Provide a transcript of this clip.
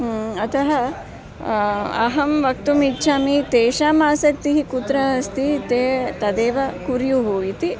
अतः अहं वक्तुम् इच्छामि तेषाम् आसक्तिः कुत्र अस्ति ते तदेव कुर्युः इति